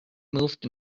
moved